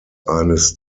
eines